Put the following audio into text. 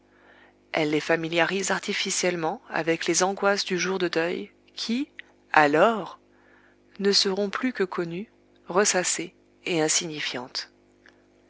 elle les familiarise artificiellement avec les angoisses du jour de deuil qui alors ne seront plus que connues ressassées et insignifiantes